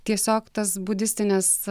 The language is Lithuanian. tiesiog tas budistines